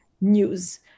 news